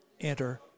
enter